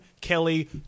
Kelly